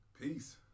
peace